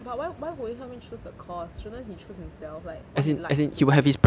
but why why would they help him choose the course shouldn't he choose himself like what he like to do